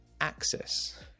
access